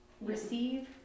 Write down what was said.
Receive